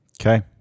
Okay